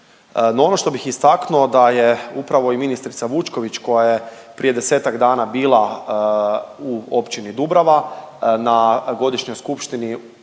ono što bih istaknuo da je upravo i ministrica Vučković koja je prije desetak dana bila u Općini Dubrava na godišnjoj skupštini